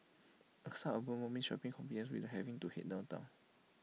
A suburban mall means shopping convenience without having to Head downtown